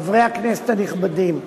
חברי הכנסת הנכבדים,